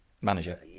manager